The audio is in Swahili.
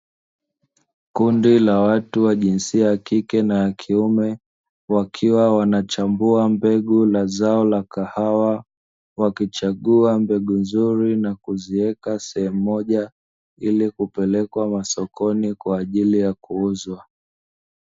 Kundi la watu wa jinsia ya kike na kiume, wakiwa wanachambua mbegu la zao la kahawa, wakichagua mbegu nzuri na kuziweka sehemu moja ili kupelekwa masokoni kwa ajili ya kuuzwa.